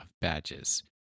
badges